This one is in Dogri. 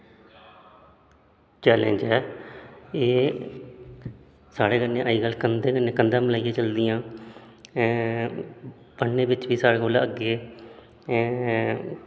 चैलेंज ऐ एह् साढ़े कन्नै अजकल कंधा कन्नै कंधा मलाइयै चलदियां पढ़ने बिच्च बी साढ़े कोला अग्गें